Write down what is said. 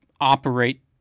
operate